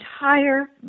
Entire